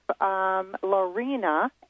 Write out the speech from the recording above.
Lorena